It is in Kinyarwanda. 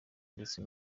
ndetse